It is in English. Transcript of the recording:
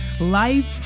Life